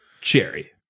cherry